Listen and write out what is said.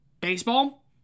Baseball